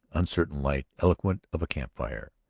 uncertain light eloquent of a camp-fire.